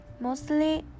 Mostly